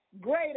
Greater